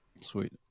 Sweet